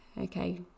Okay